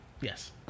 Yes